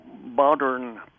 modern